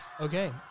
Okay